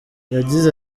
yagize